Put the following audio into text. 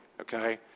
okay